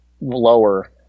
lower